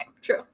True